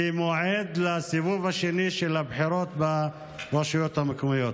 כמועד לסיבוב השני של הבחירות לרשויות המקומיות.